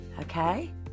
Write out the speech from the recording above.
okay